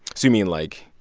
so you mean, like,